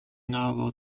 novel